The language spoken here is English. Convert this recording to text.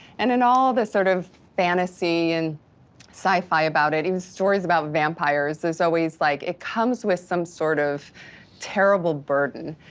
and and all this sort of fantasy and sci fi about it even stories about vampires. there's always like, it comes with some sort of terrible burden.